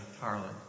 Harlan